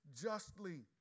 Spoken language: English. justly